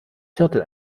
viertel